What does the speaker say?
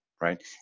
Right